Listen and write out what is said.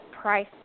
price